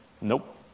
Nope